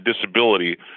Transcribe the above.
disability